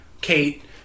Kate